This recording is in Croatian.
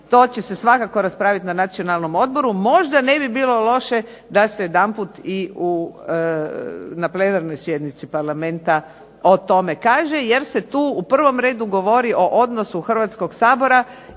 To će se svakako raspravit na Nacionalnom odboru. Možda ne bi bilo loše da se jedanput i na plenarnoj sjednici Parlamenta o tome kaže jer su tu u prvom redu govori o odnosi Hrvatskoga sabora